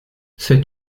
cette